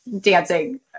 dancing